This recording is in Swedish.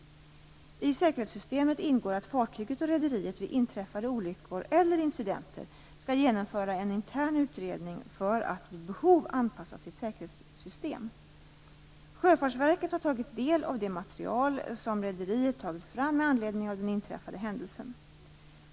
I säkerhetssystemet ingår att fartyget och rederiet vid inträffade olyckor eller incidenter skall genomföra en intern utredning för att vid behov anpassa sitt säkerhetssystem. Sjöfartsverket har tagit del av det material som rederiet har tagit fram med anledning av den inträffade händelsen.